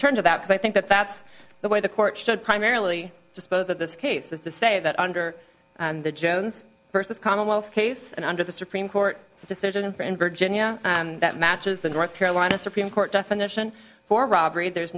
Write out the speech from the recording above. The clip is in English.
turn to that so i think that that's the way the court should primarily dispose of this case is to say that under the jones versus commonwealth case and under the supreme court decision for in virginia and that matches the north carolina supreme court definition for robbery there